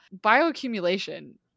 bioaccumulation